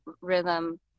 rhythm